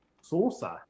saucer